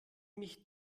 mich